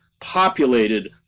populated